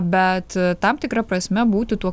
bet tam tikra prasme būti tuo